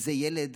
זה ילד